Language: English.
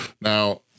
Now